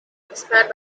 inspired